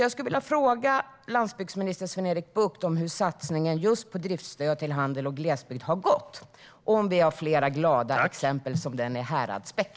Jag skulle vilja fråga landsbygdsminister Sven-Erik Bucht om hur satsningen på just driftsstöd till handel och glesbygd har gått och om vi har flera glada exempel som det i Häradsbäck.